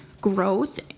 growth